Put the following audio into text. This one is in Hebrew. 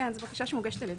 זו בקשה שמוגשת על-ידך,